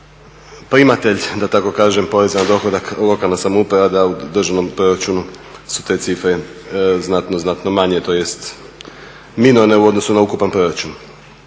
primatelj da tako kažem poreza na dohodak lokalna samouprava, da u državnom proračunu su te cifre znatno, znatno manje tj. minorne u odnosu na ukupan proračun.